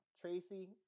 Tracy